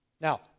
Now